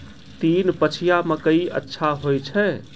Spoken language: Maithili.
तीन पछिया मकई अच्छा होय छै?